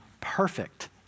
perfect